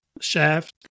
Shaft